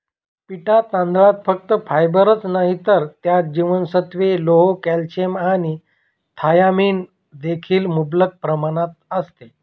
पिटा तांदळात फक्त फायबरच नाही तर त्यात जीवनसत्त्वे, लोह, कॅल्शियम आणि थायमिन देखील मुबलक प्रमाणात असते